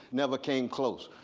never came close.